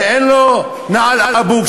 ואין לו "אינעל אבוק",